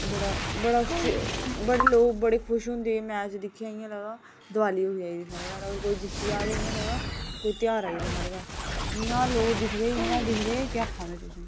बड़ा बड़ा बड़े केह् आखदे उसी बड़े लोक बड़े खुश होंदे मैच दिखियै इयां लगदा दिवाली होई एई ऐ साढ़ै घर अगर इंडिया जित्ती जा तां इयां लगदा ध्यार आई जंदा साढ़ै घर इयां लोग दिखदे इयां दिखदे केह् आक्खा में